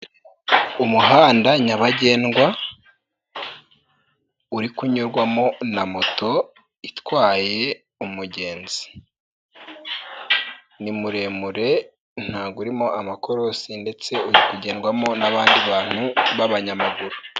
Umuhanda nyabagendwa, uri kunyurwamo na moto itwaye umugenzi. Ni muremure ntabwo urimo amakorosi ndetse uri kugendwamo n'abandi bantu b'abanyamaguru.